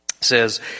says